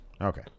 Okay